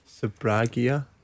Sabragia